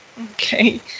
okay